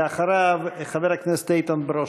אחריו, חבר הכנסת איתן ברושי.